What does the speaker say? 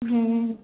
हुँ